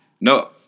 No